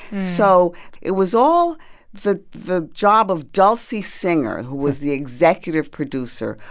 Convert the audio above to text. so it was all the the job of dulcy singer, who was the executive producer,